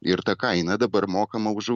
ir ta kaina dabar mokama už